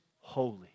holy